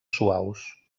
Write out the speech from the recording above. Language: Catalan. suaus